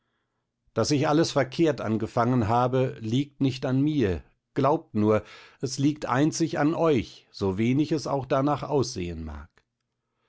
daß ich alles verkehrt angefangen habe liegt nicht an mir glaubt nur es liegt einzig an euch sowenig es auch darnach aussehen mag